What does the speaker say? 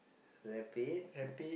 rapid